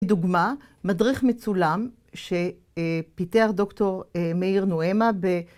לדוגמה, מדריך מצולם, שפיתח דוקטור מאיר נועמה ב...